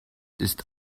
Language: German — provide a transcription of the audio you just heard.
ist